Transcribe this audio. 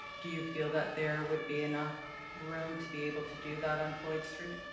do you feel that there would be enough room to be able to do that on floyd street?